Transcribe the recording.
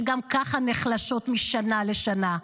שגם ככה נחלשות משנה לשנה.